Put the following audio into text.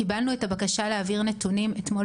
קיבלנו את הבקשה להעביר נתונים אתמול